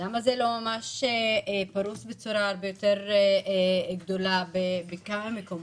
למה זה לא פרוס באופן יותר רחב בכמה מקומות.